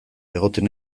egoten